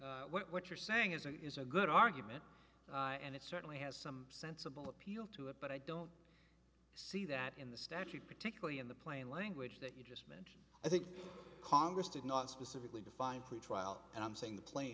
authority what you're saying is it is a good argument and it certainly has some sensible appeal to it but i don't see that in the statute particularly in the plain language that you just mentioned i think congress did not specifically define pretrial and i'm saying the pla